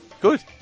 Good